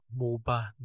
MOBA